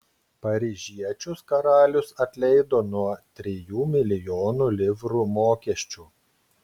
paryžiečius karalius atleido nuo trijų milijonų livrų mokesčių